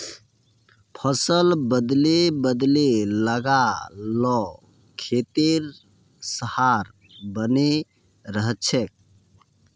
फसल बदले बदले लगा ल खेतेर सहार बने रहछेक